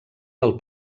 del